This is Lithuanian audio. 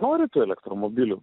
nori tų elektromobilių